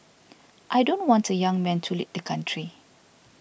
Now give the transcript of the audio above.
I don't want a young man to lead the country